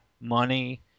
money